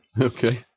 Okay